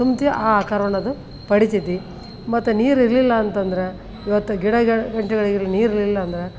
ತುಂಬ್ತೀವೋ ಆ ಆಕಾರವನ್ನು ಅದು ಪಡಿತೈತಿ ಮತ್ತು ನೀರಿರಲಿಲ್ಲ ಅಂತಂದ್ರೆ ಇವತ್ತು ಗಿಡಗಳು ಗಂಟಿಗಳಿಗೆ ನೀರಿರ್ಲಿಲ್ಲಂದ್ರೆ